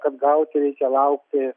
kad gauti reikia laukti